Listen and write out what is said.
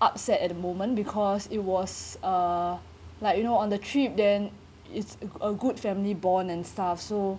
upset at the moment because it was uh like you know on the trip then it's a a good family bond and stuff so